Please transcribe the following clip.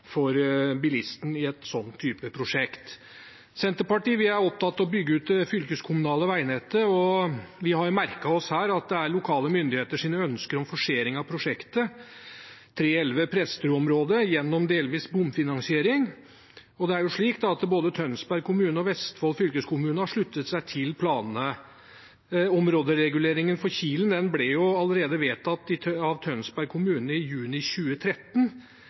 bygge ut det fylkeskommunale veinettet. Vi har her merket oss at lokale myndigheter ønsker forsering av prosjektet fv. 311 Presterødområdet gjennom delvis bomfinansiering, og både Tønsberg kommune og Vestfold fylkeskommune har sluttet seg til planene. Områdereguleringen for Kilen ble vedtatt av Tønsberg kommune allerede i juni 2013,